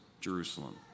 Jerusalem